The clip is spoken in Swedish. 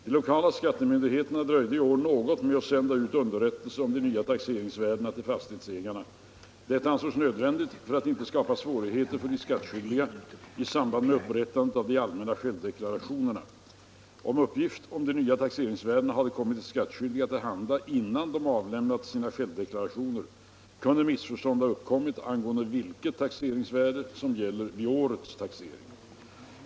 De lokala skattemyndigheterna dröjde i år något med att sända ut underrättelser om de nya taxeringsvärdena till fastighetsägarna. Detta ansågs nödvändigt för att inte skapa svårigheter för de skattskyldiga i samband med upprättandet av de allmänna självdeklarationerna. Hade uppgift om de nya taxeringsvärdena kommit de skattskyldiga till handa innan de avlämnat sina självdeklarationer kunde missförstånd ha uppkommit angående vilket taxeringsvärde som gäller vid årets taxering.